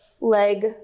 leg